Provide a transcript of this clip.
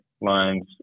lines